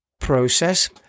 process